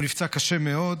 הוא נפצע קשה מאוד.